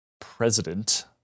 president